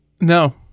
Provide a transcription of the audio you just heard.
No